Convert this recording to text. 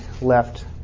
left